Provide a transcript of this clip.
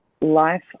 life